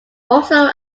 also